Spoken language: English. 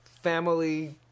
family